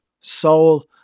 soul